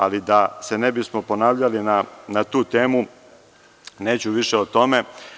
Ali, da se ne bismo ponavljali na tu temu, neću više o tome.